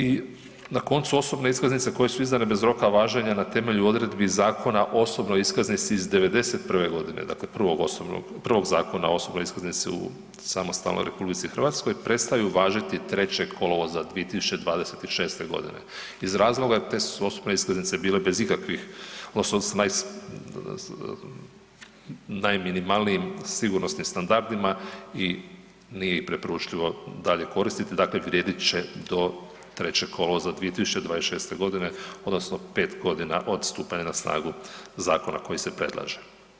I na koncu osobne iskaznice koje su izdane bez roka važenja na temelju odredbi Zakona o osobnoj iskaznici iz '91. godine, dakle prvog Zakona o osobnoj iskaznici u samostalnoj RH, prestaju važiti 3. kolovoza 2026., iz razloga te su osobnice bile bez ikakvih odnosno s najminimalnijim sigurnosnim standardima i nije ih preporučljivo dalje koristiti, dakle vrijedit će do 3. kolovoza 2026. godine odnosno pet godina od stupanja na snagu zakona koji se predlaže.